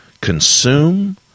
consume